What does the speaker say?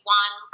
one